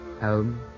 Home